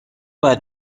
باید